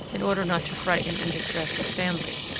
in order not to frighten and distress his family.